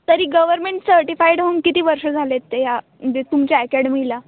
तरी government certified होऊन किती वर्ष झाले आहेत ते या म्हणजे तुमच्या अकॅडमीला